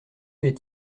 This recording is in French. les